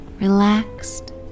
relaxed